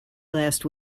last